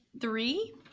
three